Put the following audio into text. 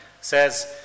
says